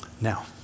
Now